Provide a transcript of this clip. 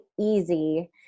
easy